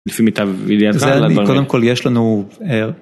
לפי מיטב ידיעתך על קודם כל יש לנו.